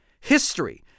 History